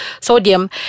sodium